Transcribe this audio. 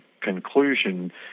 conclusion